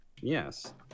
Yes